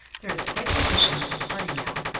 there is quite an addition to the party now,